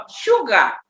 sugar